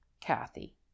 Kathy